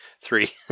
Three